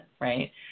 right